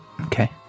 Okay